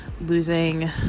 losing